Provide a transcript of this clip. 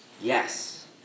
yes